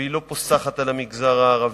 והיא לא פוסחת על המגזר הערבי,